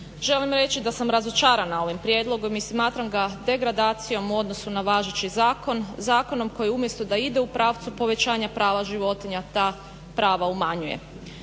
želim reći da sam razočarana ovim prijedlogom i smatram ga degradacijom u odnosu na važeći zakon, zakonom koji umjesto da ide u pravcu povećanja prava životinja, ta prava umanjuje.